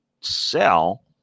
sell